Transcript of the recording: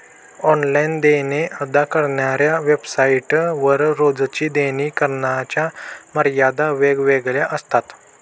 online देणे अदा करणाऱ्या वेबसाइट वर रोजची देणी देण्याच्या मर्यादा वेगवेगळ्या असतात